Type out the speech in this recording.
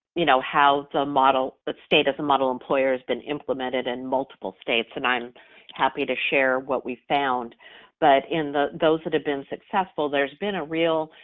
you know, how the model, the state as a model employer has been implemented in multiple states and i'm happy to share what we found but in those are the been successful there's been a real